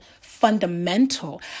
Fundamental